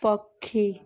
ପକ୍ଷୀ